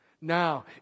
Now